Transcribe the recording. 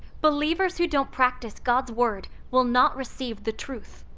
believers who don't practice god's word will not receive the truth.